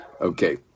Okay